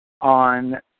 on